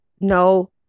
no